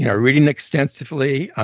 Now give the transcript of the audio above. and reading extensively,